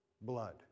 blood